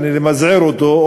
יעני למזער אותו,